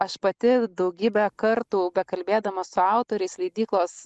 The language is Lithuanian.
aš pati daugybę kartų bekalbėdama su autoriais leidyklos